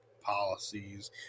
policies